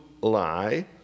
lie